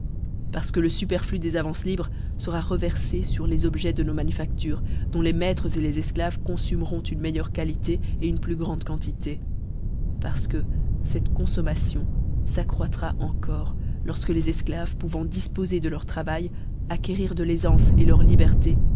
parce que le fuperllu des avances libres fera rêverie für les objets de nos manufactures dont les maîtres les enclaves conntmeront une meilleure qualité une plus grande quantité parce que cette consommation s'ac croîtra encore lorfque les efclaves pouvant dîfpofer de leur travail acquérir de l'aifance leur liberté